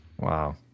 Wow